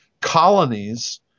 colonies